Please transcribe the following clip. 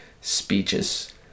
speeches